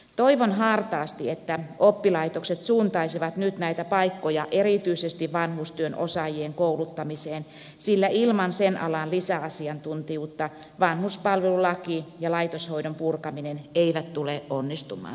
toivon hartaasti että oppilaitokset suuntaisivat nyt näitä paikkoja erityisesti vanhustyön osaajien kouluttamiseen sillä ilman sen alan lisäasiantuntijuutta vanhuspalvelulaki ja laitoshoidon purkaminen eivät tule onnistumaan